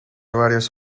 varios